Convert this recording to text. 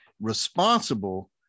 responsible